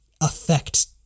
affect